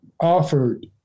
offered